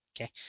Okay